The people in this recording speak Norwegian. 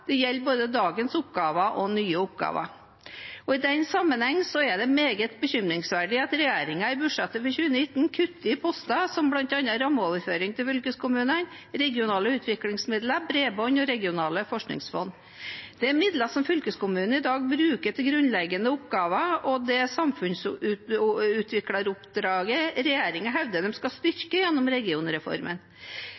det gjelder både dagens oppgaver og nye oppgaver. I denne sammenheng er det meget bekymringsverdig at regjeringen i budsjettet for 2019 kutter i poster som bl.a. rammeoverføring til fylkeskommunene, regionale utviklingsmidler, bredbånd og regionale forskningsfond. Dette er midler som fylkeskommunene i dag bruker til grunnleggende oppgaver og til det samfunnsutvikleroppdraget regjeringen hevder de skal